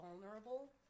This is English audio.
vulnerable